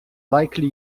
likely